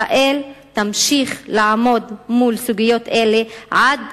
ישראל תמשיך לעמוד מול סוגיות אלה עד